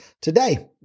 today